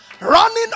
running